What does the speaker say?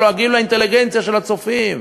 לועגים לאינטליגנציה של הצופים.